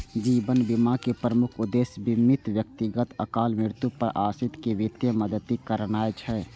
जीवन बीमाक प्रमुख उद्देश्य बीमित व्यक्तिक अकाल मृत्यु पर आश्रित कें वित्तीय मदति करनाय छै